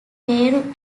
peru